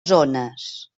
zones